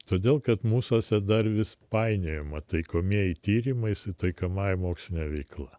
todėl kad mūsuose dar vis painiojama taikomieji tyrimai su taikomąja moksline veikla